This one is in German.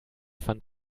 fand